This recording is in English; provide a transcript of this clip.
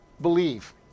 believe